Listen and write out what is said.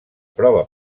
prova